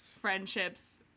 friendships